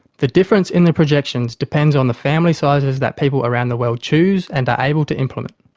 the difference in the projections depends on the family sizes that people around the world choose and are able to implement.